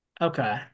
Okay